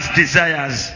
desires